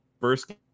first